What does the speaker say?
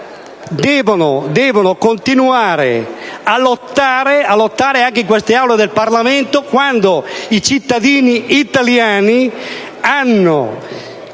devono continuare a lottare anche in queste Aule del Parlamento, quando i cittadini italiani con